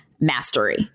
mastery